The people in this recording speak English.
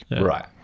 Right